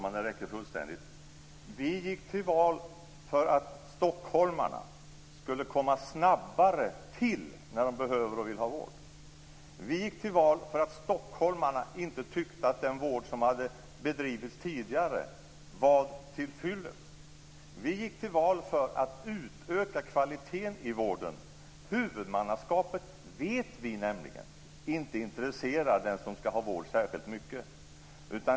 Fru talman! Vi gick till val för att stockholmarna skulle komma snabbare till när de behöver och vill ha vård. Vi gick till val för att stockholmarna inte tyckte att den vård som hade bedrivits tidigare var tillfyllest. Vi gick till val för att utöka kvaliteten i vården. Vi vet nämligen att huvudmannaskapet inte intresserar den som skall ha vård särskilt mycket.